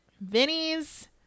Vinny's